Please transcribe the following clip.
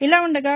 ఇలా ఉండగా